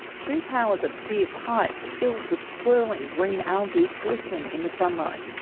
two towers of clear pipes filled with swirling green algae glisten in the sunlight.